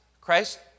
Christ